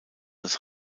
das